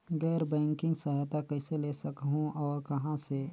गैर बैंकिंग सहायता कइसे ले सकहुं और कहाँ से?